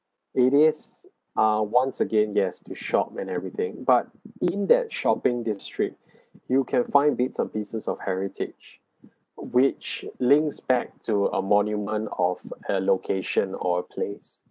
it is uh once again yes to shop and everything but in that shopping district you can find bits of pieces of heritage which links back to a monument of a location or a place